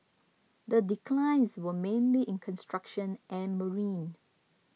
the declines were mainly in construction and marine